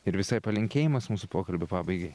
ir visai palinkėjimas mūsų pokalbio pabaigai